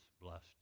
blessed